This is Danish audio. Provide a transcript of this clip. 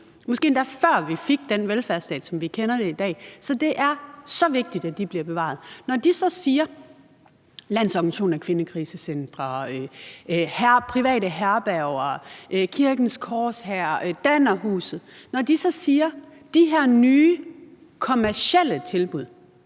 måske endda før vi fik den velfærdsstat, som vi kender det i dag. Så det er så vigtigt, at de bliver bevaret. Når de så siger – Landsorganisation af Kvindekrisecentre, private herberger, Kirkens Korshær, Dannerhuset – at de her nye kommercielle tilbud